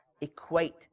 equate